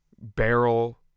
barrel